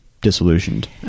disillusioned